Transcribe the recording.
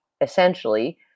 essentially